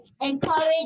encourage